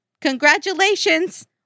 Congratulations